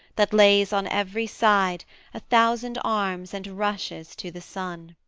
that lays on every side a thousand arms and rushes to the sun.